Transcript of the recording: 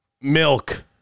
Milk